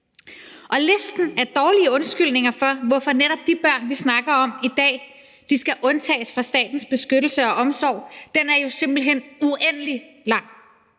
Listen af dårlige undskyldninger for, hvorfor netop de børn, vi snakker om i dag, skal undtages fra statens beskyttelse og omsorg, er jo simpelt hen uendelig lang,